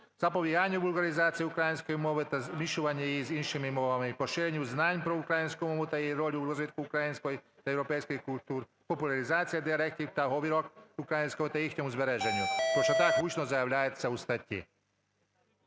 запобігання українізації української мови та змішування її з іншими мовами і поширення знань про українську мову та її роль у розвитку української та європейської культур; популяризації діалектів та говірок українського та їхньому збереженню, хоча так гучно заявляється у статті.